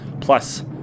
plus